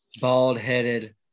bald-headed